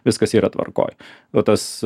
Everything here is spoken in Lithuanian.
viskas yra tvarkoj o tas